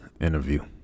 interview